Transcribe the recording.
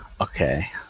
okay